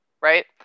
right